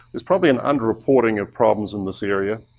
there's probably an under-reporting of problems in this area.